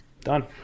Done